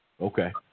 Okay